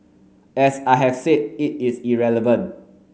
as I have said it is irrelevant